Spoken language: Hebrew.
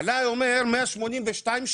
עליי הוא אומר 182 שעות,